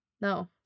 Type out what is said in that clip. No